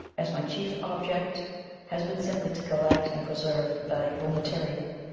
as my chief object has been simply to collect and preserve valuable material,